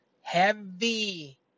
Heavy